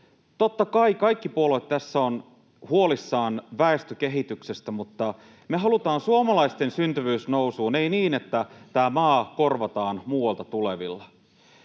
Totta kai kaikki puolueet tässä ovat huolissaan väestökehityksestä, mutta me halutaan suomalaisten syntyvyys nousuun, [Joona Räsäsen välihuuto] eikä niin, että tämä maa korvataan muualta tulevilla.